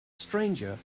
stranger